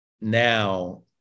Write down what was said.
now